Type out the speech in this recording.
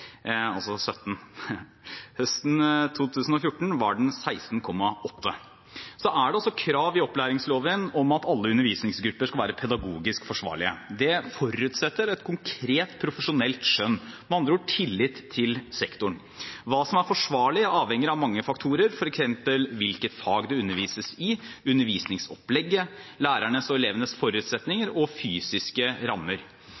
Høsten 2014 var den 16,8. I opplæringsloven er det krav om at alle undervisningsgrupper skal være pedagogisk forsvarlige. Det forutsetter et konkret profesjonelt skjønn – med andre ord: tillit til sektoren. Hva som er forsvarlig, avhenger av mange faktorer, f.eks. hvilke fag det undervises i, undervisningsopplegget, lærernes og elevenes forutsetninger og fysiske rammer.